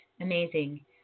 Amazing